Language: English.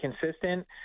consistent